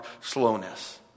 slowness